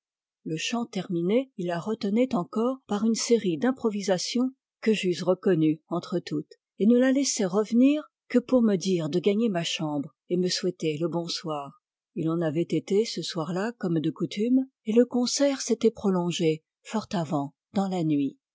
le chant terminé il la retenait encore par une série d improvisations que j'eusse reconnues entre toutes et ne la laissait revenir que pour me dire de gagner ma chambre et me souhaiter le bonsoir il en avait été ce soir-là comme de coutume et le concert s'était prolongé fort avant dans la nuit